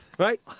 Right